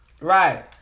Right